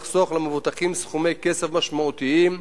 לחסוך למבוטחים סכומי כסף משמעותיים.